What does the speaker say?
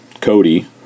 Cody